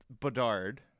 Bedard